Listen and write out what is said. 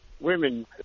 women